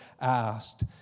asked